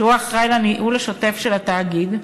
אחראי לניהול השוטף של התאגיד,